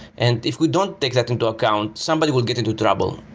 and if we don't take that into account, somebody will get into trouble.